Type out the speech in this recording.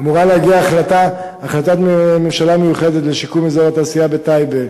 אמורה להגיע החלטת ממשלה מיוחדת לשיקום אזור התעשייה בטייבה.